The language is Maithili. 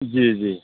जी जी